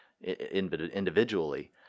Individually